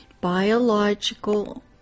biological